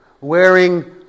wearing